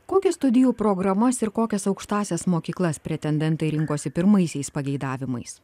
kokias studijų programas ir kokias aukštąsias mokyklas pretendentai rinkosi pirmaisiais pageidavimais